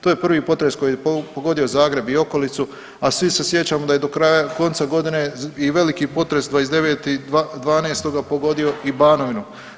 To je prvi potres koji je pogodio Zagreb i okolicu, a svi se sjećamo da je do kraja konca godine i veliki potres 29.12. pogodio i Banovinu.